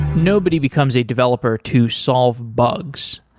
nobody becomes a developer to solve bugs.